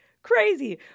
Crazy